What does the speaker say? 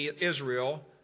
Israel